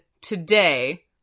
today